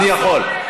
אני יכול.